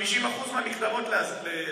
50% מהמקדמות להזרים.